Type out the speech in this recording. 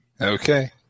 Okay